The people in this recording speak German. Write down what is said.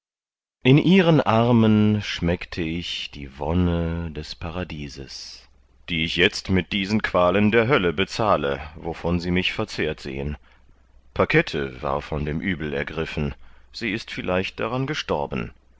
in ihren armen schmeckte ich die wonne des paradieses die ich jetzt mit diesen qualen der hölle bezahle wovon sie mich verzehrt sehen pakette war von dem uebel ergriffen sie ist vielleicht daran gestorben